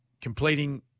completing